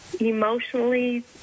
emotionally